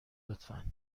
لطفا